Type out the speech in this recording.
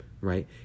right